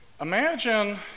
Imagine